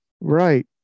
Right